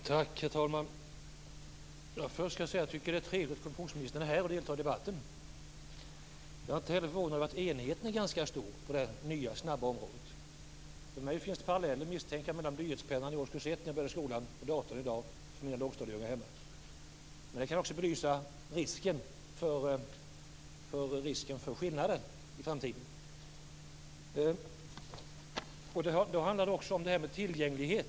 Herr talman! Först vill jag säga att jag tycker att det är trevligt att kommunikationsministern är här och deltar i debatten. Jag är inte förvånad över att enigheten är ganska stor på detta nya och snabba område. Jag som började med blyertspenna i årskurs ett i skolan har nu en dator som står där hemma. Det kan också belysa risken för skillnader i framtiden. Det handlar då också om detta med tillgänglighet.